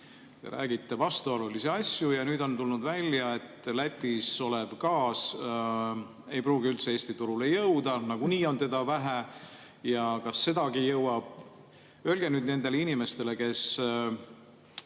Te räägite vastuolulisi asju ja nüüd on tulnud välja, et Lätis olev gaas ei pruugi üldse Eesti turule jõuda, nagunii on seda vähe ja kas sedagi jõuab. Öelge nendele inimestele ja